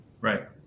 Right